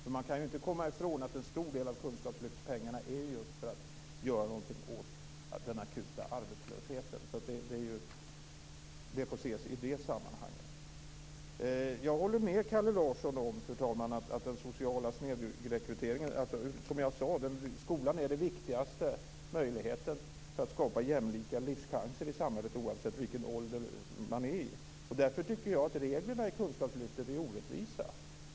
Men man kan inte komma ifrån att en stor del av kunskapslyftspengarna går just till att göra någonting åt den akuta arbetslösheten. Det får alltså ses i det sammanhanget. Jag håller med Kalle Larsson, fru talman, när det gäller den sociala snedrekryteringen. Som jag sade: Skolan är den viktigaste möjligheten att skapa jämlika livschanser i samhället, oavsett vilken ålder man är i. Därför tycker jag att reglerna i kunskapslyftet är orättvisa.